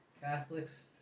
Catholics